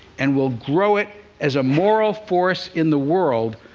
and we'll grow it as a moral force in the world,